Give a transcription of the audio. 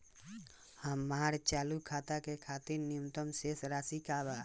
हमार चालू खाता के खातिर न्यूनतम शेष राशि का बा?